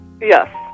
Yes